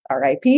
RIP